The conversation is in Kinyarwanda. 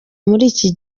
n’iki